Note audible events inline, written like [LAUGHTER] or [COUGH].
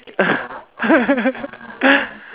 [LAUGHS]